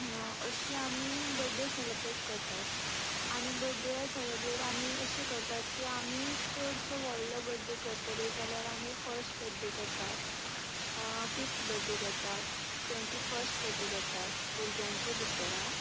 अशी आमी birthday celebrate करतात आनी बर्थडे सेलेब्रेट आमी अशी करतात की आमी चडसो व्हडलो बर्थडे करतली जाल्यार आमी फस्ट बर्थडे करतात फिफ्त बर्थडे करतात ट्वेंटी फस्ट बर्थडे करतात भुरग्यांचे भितर हा